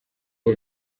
aho